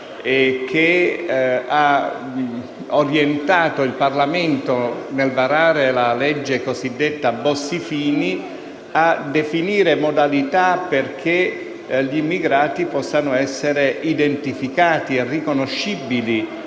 e che ha orientato il Parlamento, nel varare la legge cosiddetta Bossi-Fini, a definire modalità perché gli immigrati presenti in Italia possano essere identificati e riconoscibili.